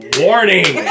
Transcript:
warning